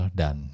dan